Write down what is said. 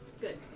Good